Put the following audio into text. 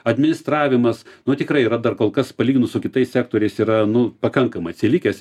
administravimas nu tikrai yra dar kol kas palyginus su kitais sektoriais yra nu pakankamai atsilikęs